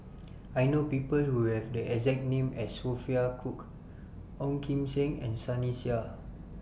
I know People Who Have The exact name as Sophia Cooke Ong Kim Seng and Sunny Sia